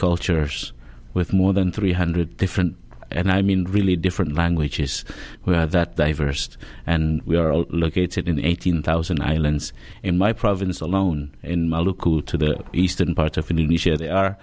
cultures with more than three hundred different and i mean really different languages where that they versed and we are all located in eighteen thousand islands in my province alone in my local to the eastern part of an easier there are